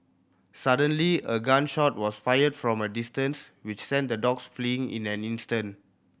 suddenly a gun shot was fired from a distance which sent the dogs fleeing in an instant